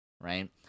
right